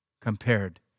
compared